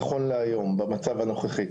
נכון להיום, במצב הנוכחי.